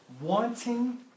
wanting